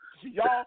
Y'all